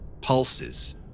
pulses